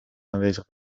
aanwezig